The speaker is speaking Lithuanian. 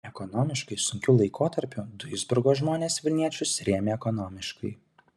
ekonomiškai sunkiu laikotarpiu duisburgo žmonės vilniečius rėmė ekonomiškai